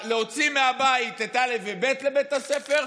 להוציא מהבית את א' וב' לבית הספר,